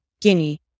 Guinea